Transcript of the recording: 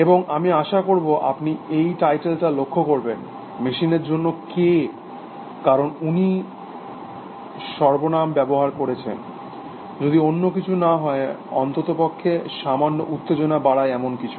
এবং আমি আশা করব আপনি এর টাইটেলটা লক্ষ্য করবেন মেশিনের জন্য "কে" কারণ উনি সর্বনাম ব্যবহার করেছেন যদি অন্যকিছু না হয় অন্ততপক্ষে সামান্য উত্তেজনা বাড়ায় এমনকিছু